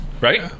Right